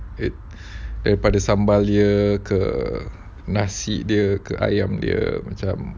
and daripada sambal dia ke nasi dia ke ayam dia macam